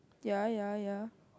ya ya ya